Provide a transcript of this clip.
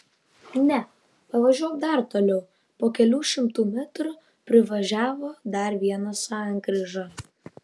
ne pavažiuok dar toliau po kelių šimtų metrų privažiavo dar vieną sankryžą